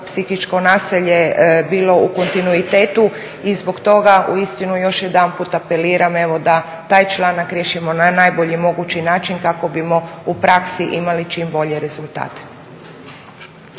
psihičko nasilje bilo u kontinuitetu i zbog toga uistinu još jedanput apeliram da taj članak riješimo na najbolji mogući način kako bismo u praksi imali čim bolje rezultate.